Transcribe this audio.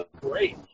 Great